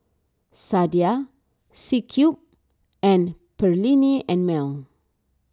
Sadia C Cube and Perllini and Mel